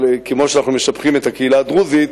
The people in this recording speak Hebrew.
כמו שאנחנו משבחים את הקהילה הדרוזית.